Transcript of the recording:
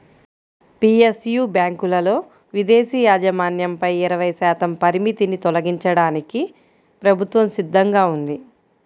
PSU బ్యాంకులలో విదేశీ యాజమాన్యంపై ఇరవై శాతం పరిమితిని తొలగించడానికి ప్రభుత్వం సిద్ధంగా ఉంది